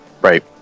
Right